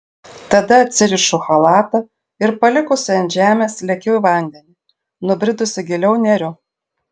tada atsirišu chalatą ir palikusi ant žemės lekiu į vandenį nubridusi giliau neriu